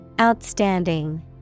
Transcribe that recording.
Outstanding